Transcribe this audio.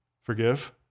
forgive